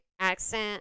accent